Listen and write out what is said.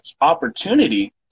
opportunity